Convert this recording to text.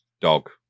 Dog